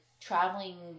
traveling